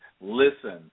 listen